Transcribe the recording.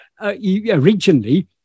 originally